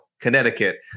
Connecticut